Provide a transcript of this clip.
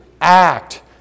Act